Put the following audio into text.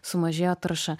sumažėjo tarša